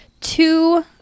Two